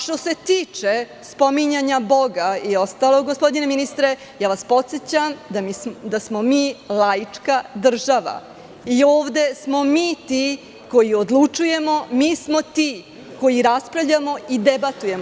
Što se tiče spominjanja Boga i ostalog, gospodine ministre, podsećam vas da smo mi laička država i ovde smo mi ti koji odlučujemo, mi smo ti koji raspravljamo i debatujemo.